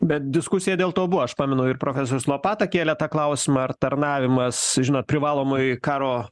bet diskusija dėl to buvo aš pamenu ir profesorius lopata kėlė tą klausimą ar tarnavimas žinot privalomoj karo